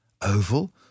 oval